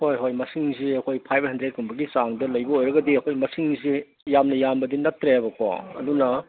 ꯍꯣꯏ ꯍꯣꯏ ꯃꯁꯤꯡꯁꯤ ꯑꯩꯈꯣꯏ ꯐꯥꯏꯚ ꯍꯟꯗ꯭ꯔꯦꯗꯀꯨꯝꯕꯒꯤ ꯆꯥꯡꯗ ꯂꯩꯕ ꯑꯣꯏꯔꯒꯗꯤ ꯑꯩꯈꯣꯏ ꯃꯁꯤꯡꯁꯦ ꯌꯥꯝꯅ ꯌꯥꯝꯕꯗꯤ ꯅꯠꯇ꯭ꯔꯦꯕꯀꯣ ꯑꯗꯨꯅ